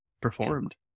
performed